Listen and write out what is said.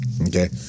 Okay